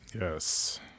Yes